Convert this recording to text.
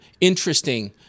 interesting